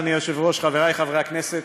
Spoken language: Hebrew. אדוני היושב-ראש, חברי חברי הכנסת,